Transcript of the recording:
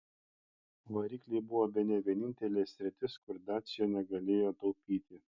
varikliai buvo bene vienintelė sritis kur dacia negalėjo taupyti